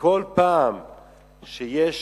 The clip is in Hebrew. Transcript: ובכל פעם שיש